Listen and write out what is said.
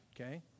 Okay